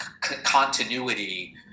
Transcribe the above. continuity